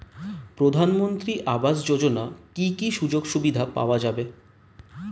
প্রধানমন্ত্রী আবাস যোজনা কি কি সুযোগ সুবিধা পাওয়া যাবে?